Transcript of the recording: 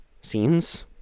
scenes